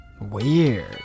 Weird